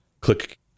click